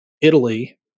Italy